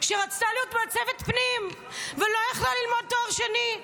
שרצתה להיות מעצבת פנים ולא יכולה ללמוד תואר שני?